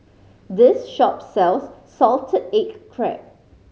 this shop sells salted egg crab